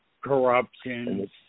corruption